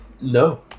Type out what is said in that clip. No